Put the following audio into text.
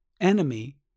enemy